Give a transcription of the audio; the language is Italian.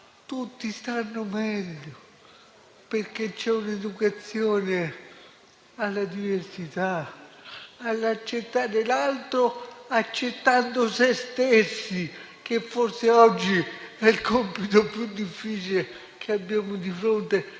tutti stanno meglio, perché c'è un'educazione alla diversità e all'accettare l'altro accettando se stessi, che forse oggi è il compito più difficile che abbiamo di fronte,